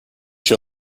show